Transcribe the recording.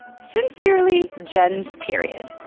sincerely, jen's period.